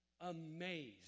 amazed